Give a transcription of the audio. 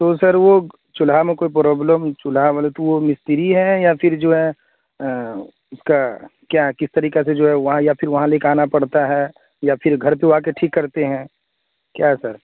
تو سر وہ چولہا میں کوئی پروبلم چولہا مطلب کہ وہ مستری ہے یا پھر جو ہے اس کا کیا کس طریقہ سے جو ہے وہاں یا پھر وہاں لے کے آنا پڑتا ہے یا پھر گھر پہ وہ آکے ٹھیک کرتے ہیں کیا سر